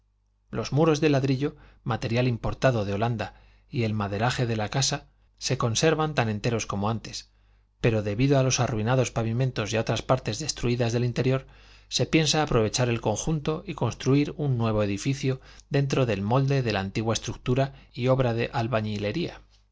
los muros de ladrillo material importado de holanda y el maderaje de la casa se conservan tan enteros como antes pero debido a los arruinados pavimentos y a otras partes destruidas del interior se piensa aprovechar el conjunto y construir un nuevo edificio dentro del molde de la antigua estructura y obra de albañilería